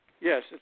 Yes